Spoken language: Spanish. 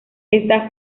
está